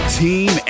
team